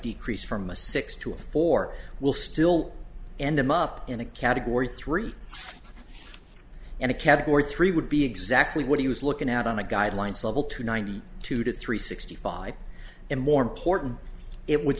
decrease from a six to a four will still end him up in a category three and a category three would be exactly what he was looking out on the guidelines level to ninety two to three sixty five and more important it would